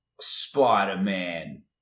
Spider-Man